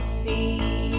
see